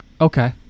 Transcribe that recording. Okay